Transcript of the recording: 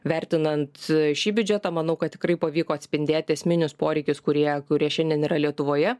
vertinant šį biudžetą manau kad tikrai pavyko atspindėti esminius poreikius kurie kurie šiandien yra lietuvoje